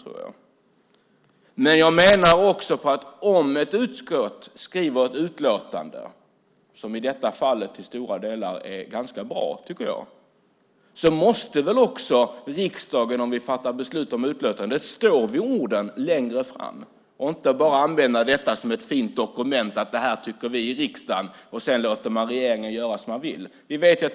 Om ett utskott skriver ett utlåtande, som i detta fall till stora delar är ganska bra, och vi fattar beslut om utlåtandet måste väl riksdagen stå för orden längre fram, och inte bara använda det som ett fint dokument om vad vi tycker i riksdagen och sedan låta regeringen göra som man vill.